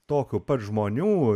tokių pat žmonių